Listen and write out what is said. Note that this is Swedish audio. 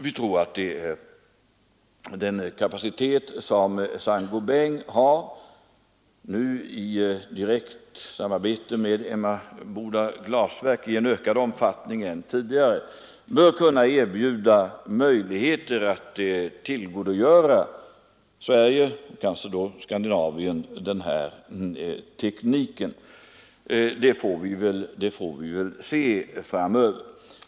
Vi tror att den kapacitet som Saint-Gobain nu har, i ett direkt samarbete med Emmaboda glasverk av större omfattning än tidigare, kan erbjuda möjligheter för Sverige och kanske för hela Skandinavien att tillgodogöra sig den teknik det gäller. Det får vi väl se framöver.